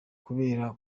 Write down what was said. kubera